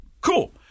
Cool